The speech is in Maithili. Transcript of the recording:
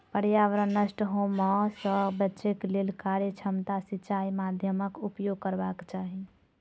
पर्यावरण नष्ट होमअ सॅ बचैक लेल कार्यक्षमता सिचाई माध्यमक उपयोग करबाक चाही